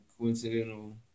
coincidental